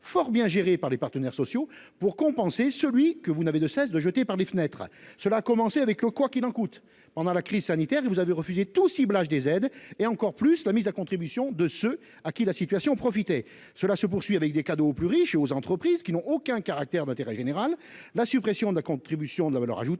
fort bien géré par les partenaires sociaux pour compenser, celui que vous n'avez de cesse de jeter par les fenêtre s'cela a commencé avec le quoi qu'il en coûte. Pendant la crise sanitaire et vous avez refusé tout ciblage des aides et encore plus la mise à contribution de ceux à qui la situation profiter cela se poursuit, avec des cadeaux aux plus riches et aux entreprises qui n'ont aucun caractère d'intérêt général. La suppression de la contribution de la valeur ajoutée